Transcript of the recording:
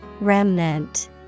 Remnant